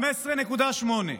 15.8,